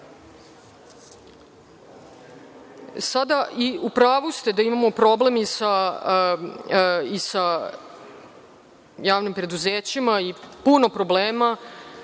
dinara.U pravu ste da imamo problem i sa javnim preduzećima i puno problema